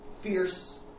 Fierce